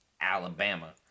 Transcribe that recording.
Alabama